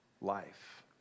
life